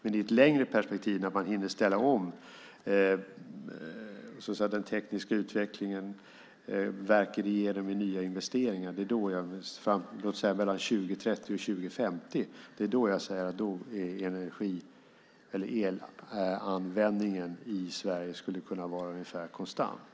I ett längre perspektiv där man hinner ställa om den tekniska utvecklingen, göra nya investeringar, låt oss säga mellan 2030 och 2050, skulle elanvändningen i Sverige kunna vara konstant.